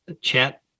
Chat